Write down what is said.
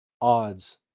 odds